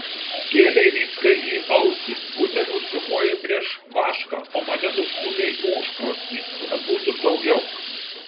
skėlei vyckai į ausį buteliu užsimojai prieš vašką o mane nustūmei į užkrosnį kad būtų saugiau